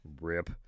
Rip